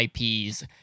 IPs